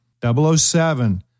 007